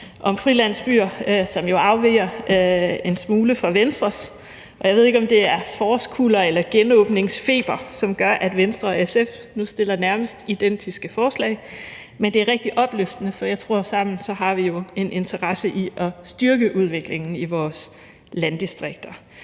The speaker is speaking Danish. om frilandsbyer, som jo afviger en smule fra Venstres, og jeg ved ikke, om det er forårskuller eller genåbningsfeber, som gør, at Venstre og SF nu fremsætter nærmest identiske forslag. Men det er rigtig opløftende, for jeg tror, at vi sammen har en interesse i at styrke udviklingen i vores landdistrikter.